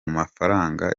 mafaranga